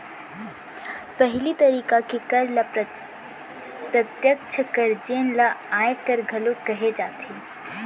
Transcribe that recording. पहिली तरिका के कर ल प्रत्यक्छ कर जेन ल आयकर घलोक कहे जाथे